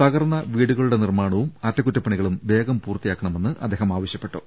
തകർന്ന വീടുകളുടെ നിർമ്മാ ണവും അറ്റകുറ്റപണികളും വേഗം പൂർത്തിയാക്കണമെന്ന് അദ്ദേഹം ആവശ്യപ്പെട്ടു